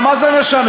אבל מה זה משנה?